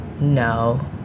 no